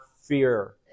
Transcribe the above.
fear